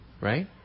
right